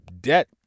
debt